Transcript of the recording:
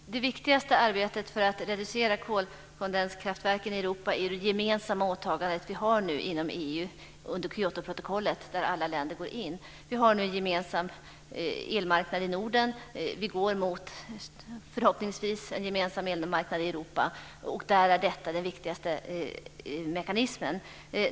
Fru talman! Det viktigaste arbetet för att reducera kolkondenskraftverken i Europa är EU:s gemensamma åtagande under Kyotoprotokollet som alla EU länder har anslutit sig till. Vi har nu en gemensam elmarknad i Norden. Vi går förhoppningsvis mot en gemensam elmarknad i Europa, och här är detta den viktigaste mekanismen.